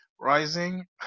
Rising